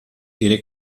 iré